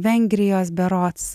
vengrijos berods